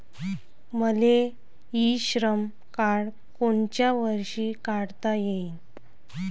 मले e Shram card कोनच्या वर्षी काढता येईन?